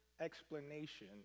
explanation